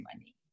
money